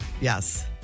Yes